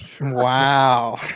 Wow